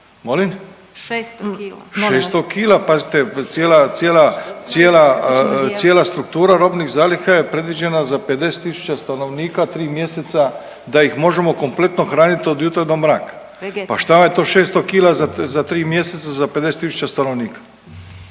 600 kila?/… Pazite cijela struktura robnih zaliha je predviđena za 50000 stanovnika, 3 mjeseca da ih možemo kompletno hraniti od jutra do mraka. …/Upadica Orešković: Vegetom?/… Pa šta vam je to 600 kila za 3 mjeseca za 50000 stanovnika?